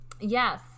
Yes